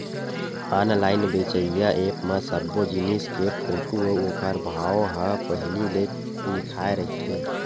online बेचइया app म सब्बो जिनिस के फोटू अउ ओखर भाव ह पहिली ले लिखाए रहिथे